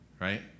right